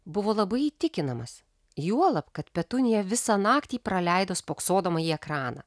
buvo labai įtikinamas juolab kad petunija visą naktį praleido spoksodama į ekraną